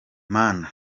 mana